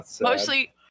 Mostly